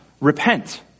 repent